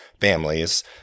families